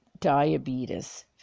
diabetes